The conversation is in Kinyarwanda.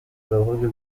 uravuga